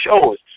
shows